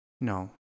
No